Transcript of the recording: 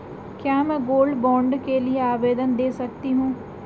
क्या मैं gold bond के लिए आवेदन दे सकती हूँ?